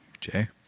Jay